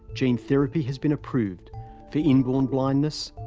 gene therapy has been approved for inborn blindness,